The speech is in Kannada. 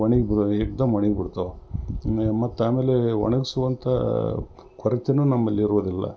ಒಣಗಿ ಏಕ್ ದಮ್ ಒಣಗಿ ಬಿಡ್ತವೆ ಇನ್ನು ಮತ್ತು ಆಮೇಲೆ ಒಣಗಿಸುವಂಥಾ ಕೊರತೆನು ನಮ್ಮಲ್ಲಿರುವುದಿಲ್ಲ